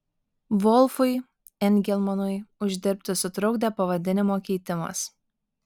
volfui engelmanui uždirbti sutrukdė pavadinimo keitimas